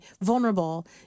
Vulnerable